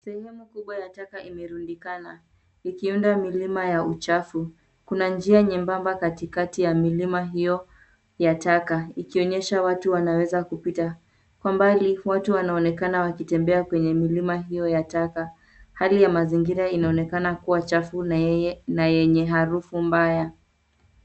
Sehemu kubwa ya taka imerundikana ikiunda milima ya uchafu. Kuna njia nyembamba katikati ya milima hio ya taka ikionyesha watu wanaweza kupita. Kwa mbali watu wanaonekana wakitembea kwenye milima hio ya taka. Hali ya mazingira inaonekana kuwa chafu na yenye harufu mbaya.